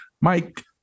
Mike